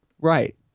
Right